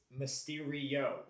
Mysterio